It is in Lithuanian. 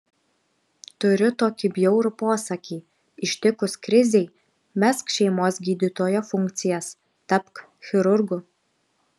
turiu tokį bjaurų posakį ištikus krizei mesk šeimos gydytojo funkcijas tapk chirurgu